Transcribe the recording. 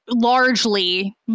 largely